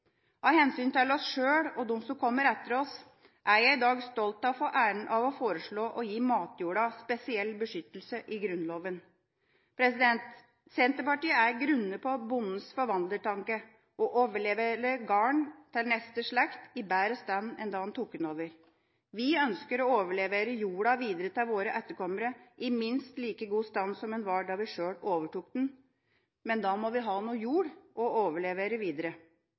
Av hensyn til oss sjøl og dem som kommer etter oss, er jeg i dag stolt av å få æren av å foreslå å gi matjorda spesiell beskyttelse i Grunnloven. Senterpartiet er grunnet på bondens forvaltertanke: å overlevere gården til neste slekt i bedre stand enn da han tok den over. Vi ønsker å overlevere jorda videre til våre etterkommere i minst like god stand som den var da vi sjøl overtok den. Men da må vi ha noe jord å overlevere videre,